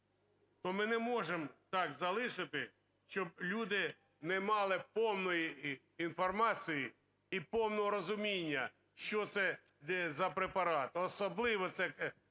то ми не можемо так залишити, щоб люди не мали повної інформації і повного розуміння, що це за препарат, особливо це